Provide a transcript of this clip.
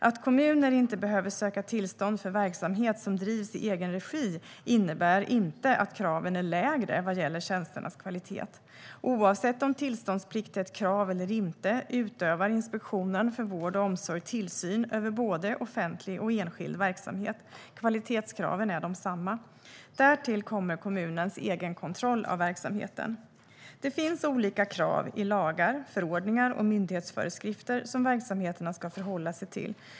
Att kommuner inte behöver söka tillstånd för verksamhet som drivs i egen regi innebär inte att kraven är lägre vad gäller tjänsternas kvalitet. Oavsett om tillståndsplikt är ett krav eller inte utövar Inspektionen för vård och omsorg tillsyn över både offentlig och enskild verksamhet. Kvalitetskraven är desamma. Därtill kommer kommunens egenkontroll av verksamheten. Det finns olika krav i lagar, förordningar och myndighetsföreskrifter som verksamheterna ska förhålla sig till.